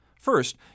First